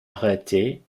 arrêtés